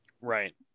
right